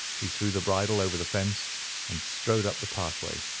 he threw the bridle over the fence and strode up the pathway.